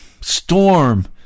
storm